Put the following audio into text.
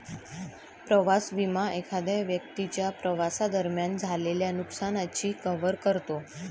प्रवास विमा एखाद्या व्यक्तीच्या प्रवासादरम्यान झालेल्या नुकसानाची कव्हर करतो